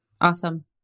Awesome